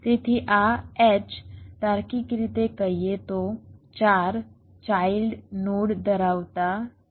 તેથી આ H તાર્કિક રીતે કહીએ તો 4 ચાઇલ્ડ નોડ ધરાવતા ટ્રી જેવું છે